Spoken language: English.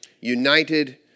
united